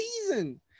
season